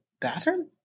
bathroom